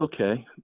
okay